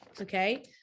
Okay